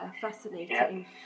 fascinating